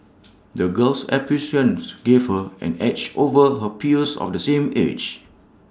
the girl's experiences gave her an edge over her peers of the same age